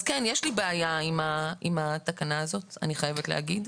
כן, יש לי בעיה עם התקנה הזאת, אני חייבת להגיד.